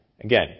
Again